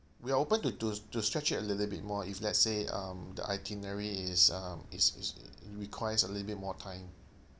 we are open to to to stretch it a little bit more if let's say um the itinerary is um is is it requires a little bit more time